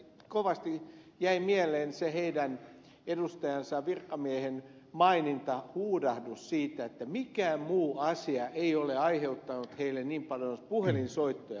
kovasti jäi mieleen se heidän edustajansa virkamiehensä maininta huudahdus siitä että mikään muu asia ei ole aiheuttanut heille niin paljon puhelinsoittoja kuin tämä